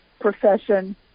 profession